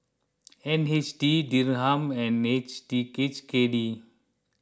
N H D Dirham and H D H K D